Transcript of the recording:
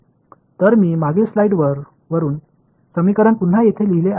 तर मी मागील स्लाइड वरुन समीकरण पुन्हा येथे लिहिले आहे